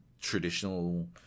traditional